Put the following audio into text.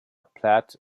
platt